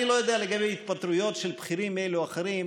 אני לא יודע לגבי התפטרויות של בכירים אלו או אחרים.